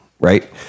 right